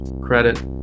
Credit